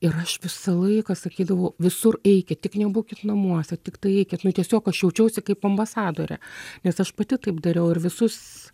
ir aš visą laiką sakydavau visur eikit tik nebūkit namuose tiktai eikit nu tiesiog aš jaučiausi kaip ambasadorė nes aš pati taip dariau ir visus